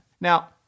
Now